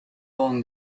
along